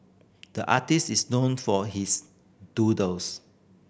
the artist is known for his doodles